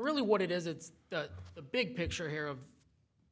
really what it is it's the big picture here of